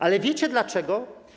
Ale wiecie, dlaczego?